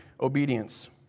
obedience